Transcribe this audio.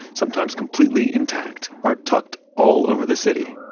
sometimes completely intact, are tucked all over the city,